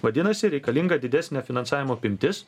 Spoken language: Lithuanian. vadinasi reikalinga didesnė finansavimo apimtis